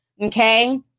Okay